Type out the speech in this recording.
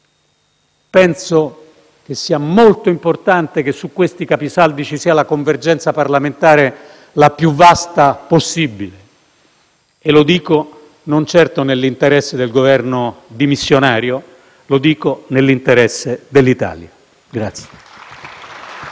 Penso che sia molto importante che su questi capisaldi ci sia la convergenza parlamentare più vasta possibile, e lo dico non certo nell'interesse del Governo dimissionario, ma nell'interesse dell'Italia.